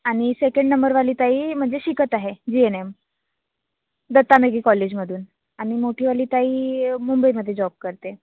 आणि सेकंड नंबरवाली ताई म्हणजे शिकत आहे G N M Datta Meghe कॉलेजमधून आणि मोठीवाली ताई मुंबईमध्ये जॉब करते